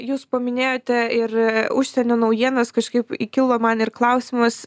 jūs paminėjote ir užsienio naujienas kažkaip kilo man ir klausimas